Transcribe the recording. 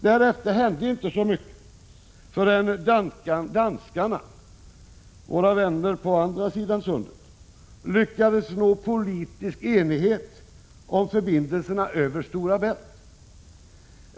Därefter hände inte så mycket, så våra vänner på andra sidan sundet lyckades nå politisk enighet om förbindelserna över Stora Bält.